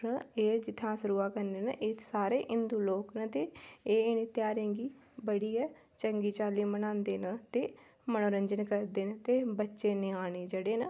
जित्थै अस र'वा करने आं एह् सारे हिन्दू लोक न ते एह् ध्यारें गी बड़ी गैं चगीं चाल्ली मनांदे न ते मनोरंजन करदे न त् बच्चे न्याने जेह्ड़े न